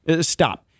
stop